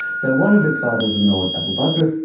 so one of his fathers-in-law was abu bakr,